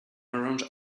orange